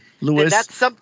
Lewis